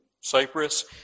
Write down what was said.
Cyprus